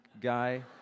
guy